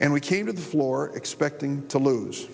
and we came to the floor expecting to lose